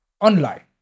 online